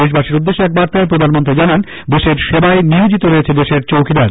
দেশবাসীর উদ্দেশ্যে এক বার্তায় প্রধানমন্ত্রী জানান দেশের সেবায় নিয়োজিত রয়েছে দেশের চৌকিদার